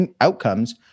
outcomes